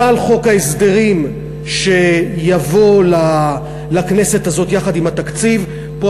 מילה על חוק ההסדרים שיבוא לכנסת הזאת יחד עם התקציב: פה,